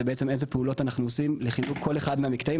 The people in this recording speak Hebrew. זה בעצם איזה פעולות אנחנו עושים לחיזוק כל אחד מהמקטעים,